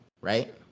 right